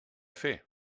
fer